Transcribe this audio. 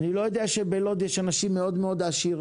אני לא יודע שבלוד יש אנשים מאוד מאוד עשירים.